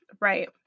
right